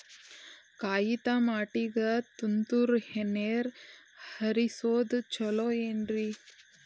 ಕಾಯಿತಮಾಟಿಗ ತುಂತುರ್ ನೇರ್ ಹರಿಸೋದು ಛಲೋ ಏನ್ರಿ?